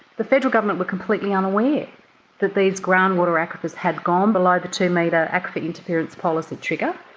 the federal government were completely unaware that these groundwater aquifers had gone below the two-metre aquifer interference policy trigger.